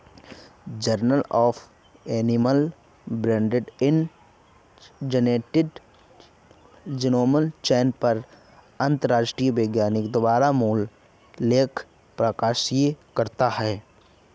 journal of animal breeding and genetics genomic चयन पर अंतरराष्ट्रीय वैज्ञानिकों द्वारा मूल लेख प्रकाशित करता है